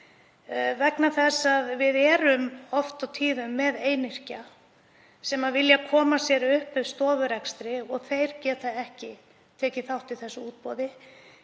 vegna þess að við erum oft og tíðum með einyrkja sem vilja koma sér upp stofurekstri og þeir geta ekki tekið þátt í þessu útboði